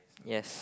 yes